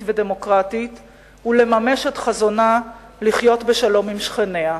ודמוקרטית ולממש את חזונה לחיות בשלום עם שכניה,